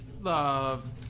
Love